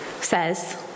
says